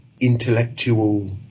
intellectual